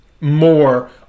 more